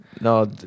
No